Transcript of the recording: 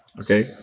Okay